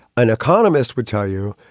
an economist would tell you,